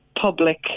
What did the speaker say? public